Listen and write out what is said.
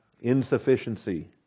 insufficiency